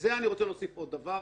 לזה אני רוצה להוסיף עוד דבר.